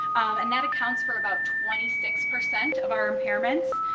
and that accounts for about twenty six percent of our impairments.